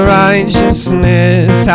righteousness